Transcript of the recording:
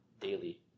daily